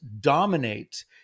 dominate